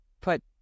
put